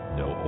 no